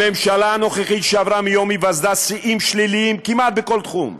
הממשלה הנוכחית שברה מיום היווסדה שיאים שליליים כמעט בכל תחום,